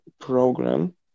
program